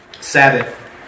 Sabbath